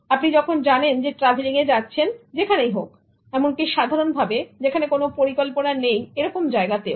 আপনি যখন জানেন ট্রাভেলিং এ যাচ্ছেন যেখানেই হোক এমনকি সাধারণভাবে যেখানে কোনো পরিকল্পনা নেই এরকম জায়গায়ও